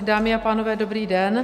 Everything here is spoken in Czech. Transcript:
Dámy a pánové, dobrý den.